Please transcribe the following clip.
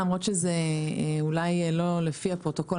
למרות שזה אולי לא לפי הפרוטוקול,